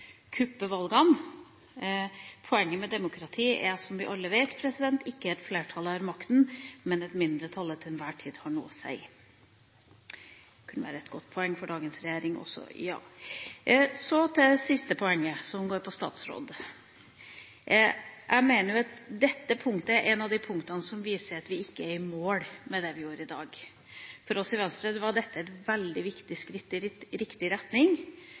Poenget med demokrati er, som vi alle vet, ikke at flertallet har makten, men at mindretallet til enhver tid har noe å si. Det kunne være et godt poeng for dagens regjering, ja. Så til det siste poenget, som gjelder statsråden. Jeg mener at dette punktet er et av de punktene som viser at vi ikke er i mål med det vi gjør i dag. For oss i Venstre var dette et veldig viktig skritt i riktig retning.